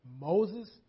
Moses